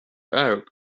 arab